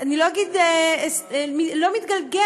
אני לא אגיד לא מתגלגל,